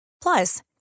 Plus